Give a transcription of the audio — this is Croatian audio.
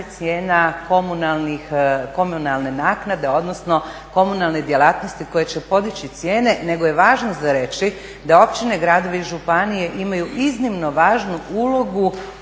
cijena komunalne naknade, odnosno komunalne djelatnosti koja će podići cijene. Nego je važno za reći da općine, gradovi i županije imaju iznimno važnu ulogu